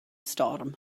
storm